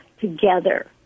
together